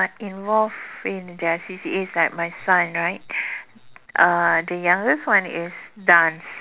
involved in their C_C_As like my son right uh the youngest one is dance